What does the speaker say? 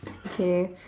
okay